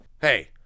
Hey